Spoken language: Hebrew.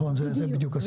זה בדיוק הסיפור.